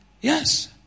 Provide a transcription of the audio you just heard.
Yes